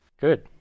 Good